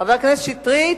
חבר הכנסת שטרית,